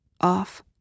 off